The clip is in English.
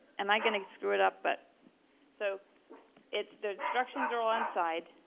am i going to screw it up? but so it's the instructions are all inside.